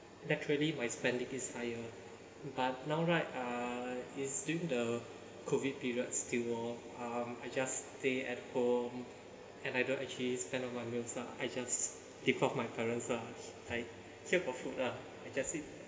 naturally my spending is higher but now right uh is during the COVID periods still !whoa! um I just stay at home and I don't actually spend on my meals ah I just take off my parents ah like take off food lah I just eat